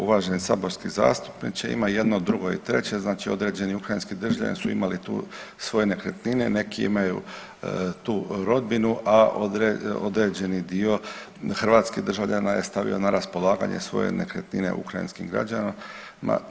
Uvaženi saborski zastupniče, ima jedno, drugo i treće, znači određeni ukrajinski državljani su imali tu svoje nekretnine, neki imaju tu rodbinu, a određeni dio hrvatskih državljana je stavio na raspolaganje svoje nekretnine ukrajinskim građanima.